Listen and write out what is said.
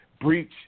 breach